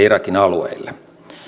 irakin alueille